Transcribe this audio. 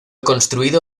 construido